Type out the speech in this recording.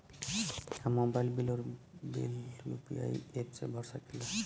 हम mobile bill और bill UPI app से भर सकिला